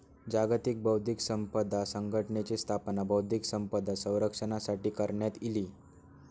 जागतिक बौध्दिक संपदा संघटनेची स्थापना बौध्दिक संपदा संरक्षणासाठी करण्यात इली